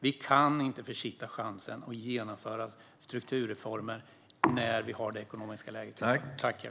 Vi kan inte försitta chansen att genomföra strukturreformer när vi har det ekonomiska läge vi har.